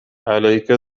عليك